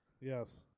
yes